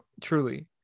truly